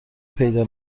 پیدا